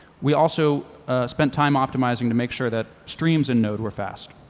we also spent time optimizing to make sure that streams in node were fast.